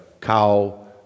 cow